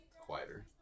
quieter